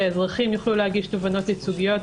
שאזרחים יוכלו להגיש תובענות ייצוגיות.